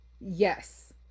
Yes